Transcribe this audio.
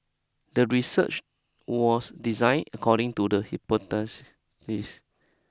the research was designed according to the hypothesis